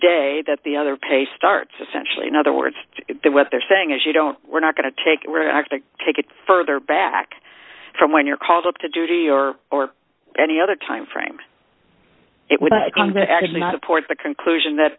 day that the other pay starts essentially in other words what they're saying is you don't we're not going to take it take it further back from when you're called up to duty or or any other time frame it would actually support the conclusion that